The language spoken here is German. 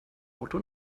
auto